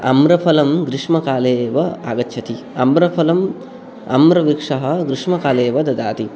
आम्रफलं ग्रिष्मकाले एव आगच्छति आम्रफलम् आम्रवृक्षः ग्रिष्मकाले एव ददाति